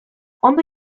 ondo